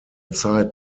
zeit